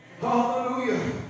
Hallelujah